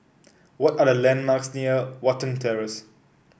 what are the landmarks near Watten Terrace